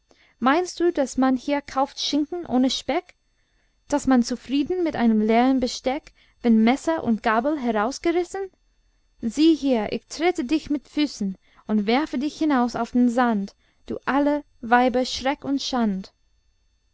meinst du daß man hier kauft schinken ohne speck daß man zufrieden mit einem leeren besteck wenn messer und gabel herausgerissen sieh her ich trete dich mit füßen und werfe dich hinaus auf den sand du aller weiber schreck und schand